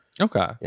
Okay